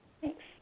Thanks